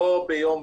לא ביום,